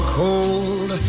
cold